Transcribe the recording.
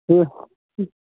ओह उ